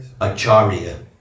Acharya